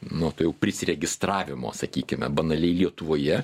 nuo tų jau prisiregistravimo sakykime banaliai lietuvoje